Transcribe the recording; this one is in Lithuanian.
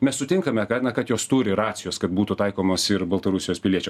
mes sutinkame kad na kad jos turi racijos kad būtų taikomos ir baltarusijos piliečio